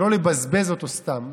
שלא לבזבז אותו סתם,